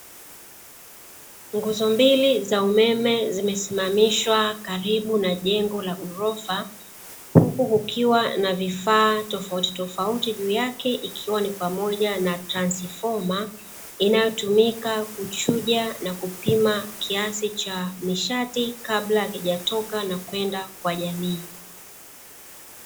Nguzo mbili za umeme zimesimamishwa karibu na jengo la ghorofa, huku kukiwa na vifaa tofautitofauti juu yake, ikiwa ni pamoja na transifoma inayotumika kuchuja na kupima kiasi cha nishati kabla hakijatoka na kwenda kwa jamii.